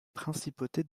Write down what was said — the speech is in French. principauté